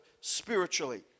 spiritually